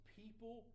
people